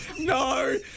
no